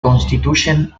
constituyen